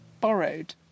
borrowed